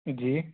جی